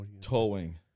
towing